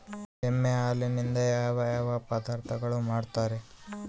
ಎಮ್ಮೆ ಹಾಲಿನಿಂದ ಯಾವ ಯಾವ ಪದಾರ್ಥಗಳು ಮಾಡ್ತಾರೆ?